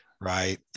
Right